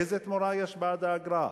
איזה תמורה יש בעד האגרה?